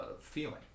feeling